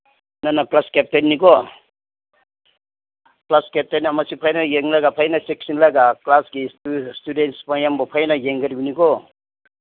ꯅꯪꯅ ꯀ꯭ꯂꯥꯁ ꯀꯦꯞꯇꯦꯟꯅꯤ ꯀꯣ ꯀ꯭ꯂꯥꯁ ꯀꯦꯞꯇꯦꯟ ꯑꯃꯁꯤ ꯐꯖꯅ ꯌꯦꯡꯂꯒ ꯐꯖꯅ ꯆꯦꯛꯁꯤꯜꯂꯒ ꯀ꯭ꯂꯥꯁꯀꯤ ꯏꯁꯇꯨꯗꯦꯟꯁ ꯃꯌꯥꯝꯕꯨ ꯐꯖꯅ ꯌꯦꯡꯒꯗꯕꯅꯤ ꯀꯣ